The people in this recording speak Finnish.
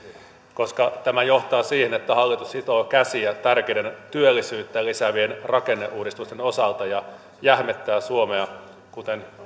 koska tämä johtaa siihen että hallitus sitoo käsiä tärkeiden työllisyyttä lisäävien rakenneuudistusten osalta ja jähmettää suomea kuten